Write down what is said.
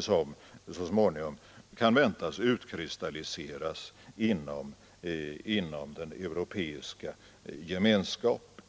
som så småningom kan väntas utkristalliseras inom den europeiska gemenskapen.